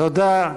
תודה.